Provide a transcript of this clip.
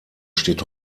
steht